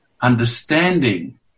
understanding